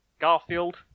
Garfield